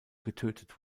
getötet